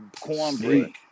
cornbread